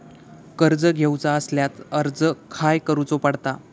कर्ज घेऊचा असल्यास अर्ज खाय करूचो पडता?